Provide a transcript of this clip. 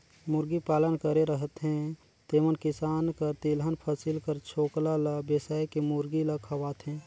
मुरगी पालन करे रहथें तेमन किसान कर तिलहन फसिल कर छोकला ल बेसाए के मुरगी ल खवाथें